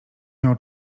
miał